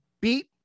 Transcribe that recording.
beat